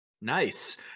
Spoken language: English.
nice